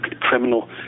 criminal